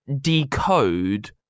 decode